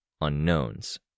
Unknowns